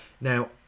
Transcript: now